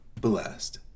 blessed